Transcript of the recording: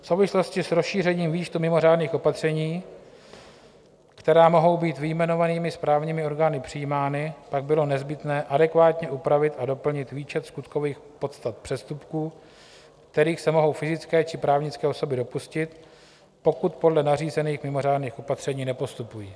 V souvislosti s rozšířením výčtu mimořádných opatření, která mohou být vyjmenovanými správními orgány přijímána, pak bylo nezbytné adekvátně upravit a doplnit výčet skutkových podstat přestupků, kterých se mohou fyzické či právnické osoby dopustit, pokud podle nařízených mimořádných opatření nepostupují.